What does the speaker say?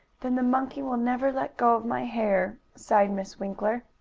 then the monkey will never let go of my hair, sighed miss winkler.